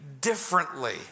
differently